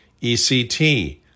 ECT